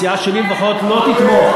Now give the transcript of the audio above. הסיעה שלי, לפחות, לא תתמוך,